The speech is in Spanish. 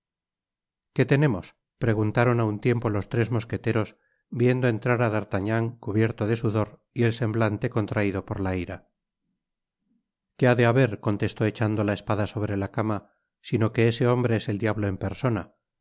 qué tenemos preguntaron á un tiempo los tres mosqueteros viendo entrar á d'artagnan cubierto de sudor y el semblante contraido por la ira qué ha de haber contestó echando la espada sobre la cama sino que ese hombre es el diablo en persona